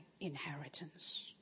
inheritance